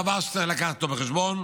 זה דבר שצריך להביא בחשבון.